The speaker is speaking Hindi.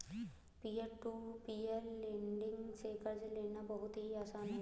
पियर टू पियर लेंड़िग से कर्ज लेना बहुत ही आसान है